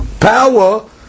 power